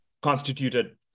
Constituted